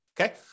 okay